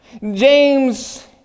James